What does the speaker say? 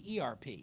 ERP